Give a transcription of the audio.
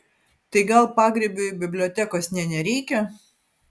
tai gal pagrybiui bibliotekos nė nereikia